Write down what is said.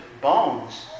bones